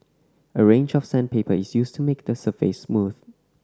a range of sandpaper is used to make the surface smooth